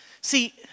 See